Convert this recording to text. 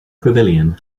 pavilion